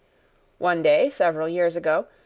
one day, several years ago,